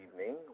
evening